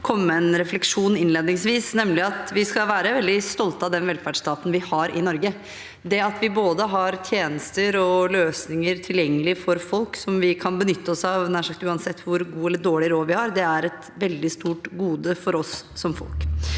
komme med en refleksjon innledningsvis, nemlig at vi skal være veldig stolte av den velferdsstaten vi har i Norge. Det at vi har både tjenester og løsninger tilgjengelig som vi kan benytte oss av, nær sagt uansett hvor god eller dårlig råd vi har, er et veldig stort gode for oss som folk.